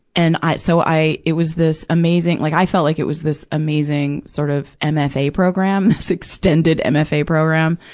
and i, so i, it was this amazing like, i felt like it was this amazing, sort of ah mfa program. this extended mfa program.